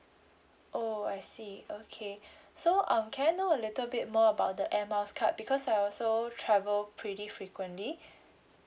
oh I see okay so um can I know a little bit more about the air miles card because I also travel pretty frequently